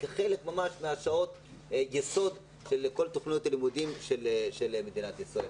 כחלק משעות היסוד לכל תוכניות הלימודים של מדינת ישראל.